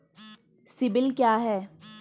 CIBIL क्या है?